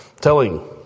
telling